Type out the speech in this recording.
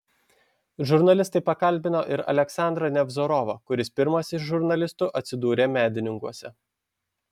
žurnalistai pakalbino ir aleksandrą nevzorovą kuris pirmas iš žurnalistų atsidūrė medininkuose